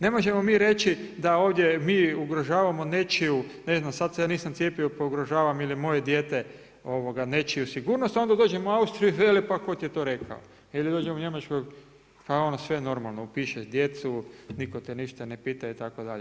Ne možemo mi reći da ovdje mi ugrožavamo nečiju ne znam, sad se ja nisam cijepio pa ugrožavam ili moje dijete nečiju sigurnost, onda dođemo u Austriju i vele pa tko ti je to rekao ili dođemo u Njemačku pa ono sve normalno upišeš djecu, nitko te ništa ne pita itd.